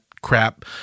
crap